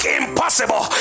impossible